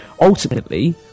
ultimately